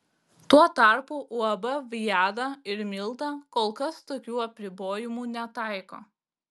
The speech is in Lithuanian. tuo tarpu uab viada ir milda kol kas tokių apribojimų netaiko